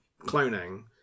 cloning